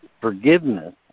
Forgiveness